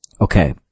Okay